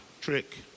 trick